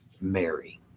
Mary